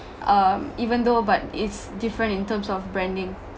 um even though but it's different in terms of branding